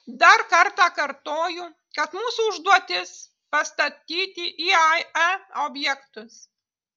dar kartą kartoju kad mūsų užduotis pastatyti iae objektus